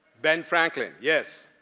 ben franklin. yes.